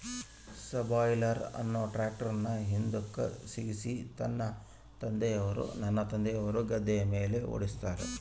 subsoiler ಅನ್ನು ಟ್ರ್ಯಾಕ್ಟರ್ನ ಹಿಂದುಕ ಸಿಕ್ಕಿಸಿ ನನ್ನ ತಂದೆಯವರು ಗದ್ದೆಯ ಮೇಲೆ ಓಡಿಸುತ್ತಾರೆ